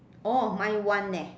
all of mine one eh